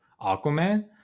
aquaman